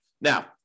Now